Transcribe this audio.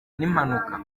n’impinduka